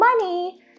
money